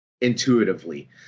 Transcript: intuitively